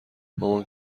مامان